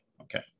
Okay